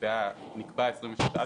נקבע הסעיף,